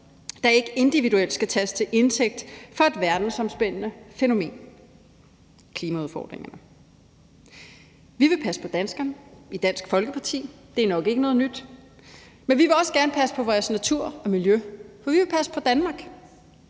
der ikke individuelt skal tages til indtægt for et verdensomspændende fænomen, nemlig klimaudfordringerne. Vi vil i Dansk Folkeparti passe på danskerne, og det er nok ikke noget nyt, men vi vil også gerne passe på vores natur og miljø, for vi vil passe på Danmark.